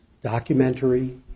documentary